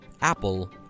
Apple